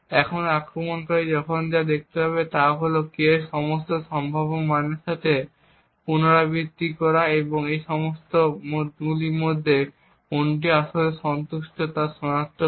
এখন আক্রমণকারী তখন যা করতে পারে তা হল k এর সমস্ত সম্ভাব্য মানের সাথে পুনরাবৃত্তি করা এবং এই সমীকরণগুলির মধ্যে কোনটি আসলে সন্তুষ্ট তা সনাক্ত করা